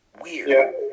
weird